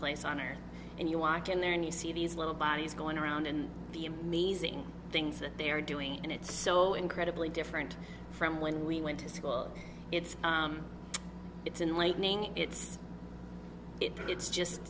place on earth and you walk in there and you see these little bodies going around and the amazing things that they're doing and it's so incredibly different from when we went to school it's it's an lightning it's it's just